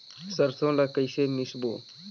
सरसो ला कइसे मिसबो?